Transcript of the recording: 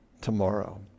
tomorrow